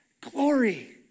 glory